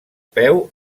peu